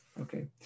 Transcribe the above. Okay